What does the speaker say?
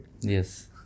Yes